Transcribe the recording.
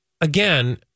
again